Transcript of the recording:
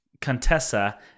Contessa